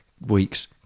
weeks